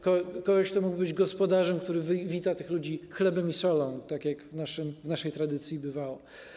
Kogoś, kto mógłby być gospodarzem, który wita tych ludzi chlebem i solą, tak jak w naszej tradycji bywało.